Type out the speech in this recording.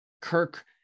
Kirk